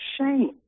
shame